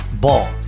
Ball